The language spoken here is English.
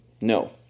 No